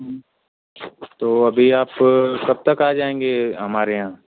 तो अभी आप कब तक आ जाएंगे हमारे यहाँ